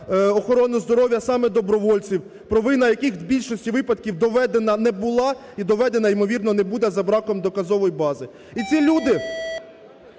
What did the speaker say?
охорону здоров'я саме добровольців, провина яких у більшості випадків доведена не була і доведена ймовірно не буде за браком доказової бази. І ці люди,